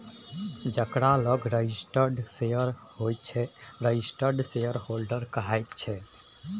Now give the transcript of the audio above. जकरा लग registered share होइ छै रजिस्टर्ड शेयरहोल्डर कहाइ छै